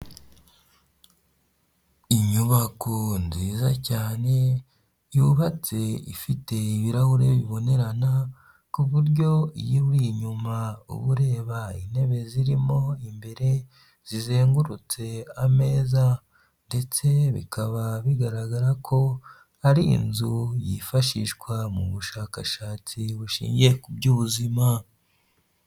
Inyubako nziza cyane yubatse ifite ibirahure bibonerana ku buryo iyo uri inyuma ubu ureba intebe zirimo imbere zizengurutse ameza ndetse bikaba bigaragara ko ari inzu yifashishwa mu bushakashatsi bushingiye ku by'ubuzima.